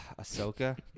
Ahsoka